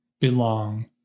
belong